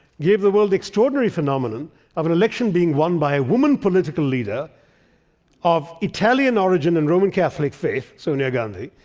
gave the world extraordinary phenomenon of an election being won by a woman political leader of italian origin and roman catholic faith, sonia gandhi,